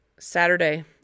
Saturday